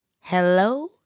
Hello